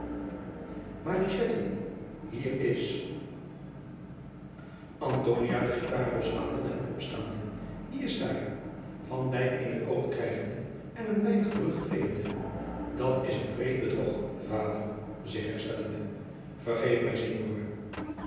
hier is antonia de guitar loslatende en opstaande wie is daar van dijk in het oog krijgende en een weinig terug tredende dat is een wreed bedrog vader zich herstellende vergeef mij